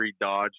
Dodge